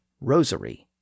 rosary